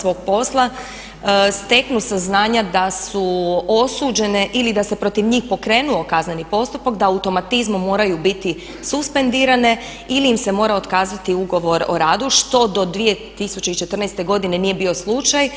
svog posla steknu saznanja da su osuđene ili da se protiv njih pokrenuo kazneni postupak, da automatizmom moraju biti suspendirane ili im se mora otkazati ugovor o radu što do 2014. godine nije bio slučaj.